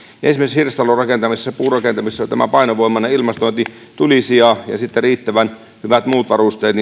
esimerkiksi hirsitalorakentamisessa puutalorakentamisessa painovoimainen ilmastointi tulisija ja riittävän hyvät muut varusteet